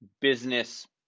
business